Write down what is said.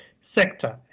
sector